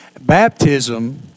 Baptism